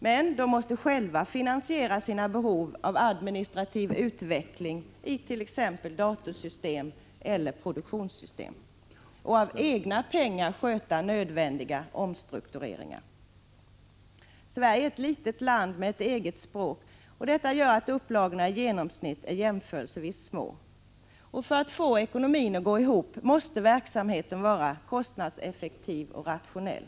Men de måste själva finansiera sina behov av administrativ utveckling i t.ex. datorsystem eller produktionssystem och med egna pengar sköta nödvändiga omstruktureringar. Sverige är ett litet land med ett eget språk, och detta gör att upplagorna i genomsnitt är jämförelsevis små. För att få ekonomin att gå ihop måste verksamheten vara kostnadseffektiv och rationell.